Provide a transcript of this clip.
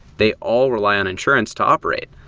they all rely on insurance to operate.